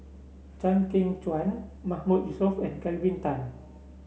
Chew Kheng Chuan Mahmood Yusof and Kelvin Tan